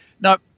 Now